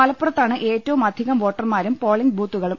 മലപ്പുറത്താണ് ഏറ്റവും അധികം വോട്ടർമാരും പോളിംഗ് ബൂത്തുകളും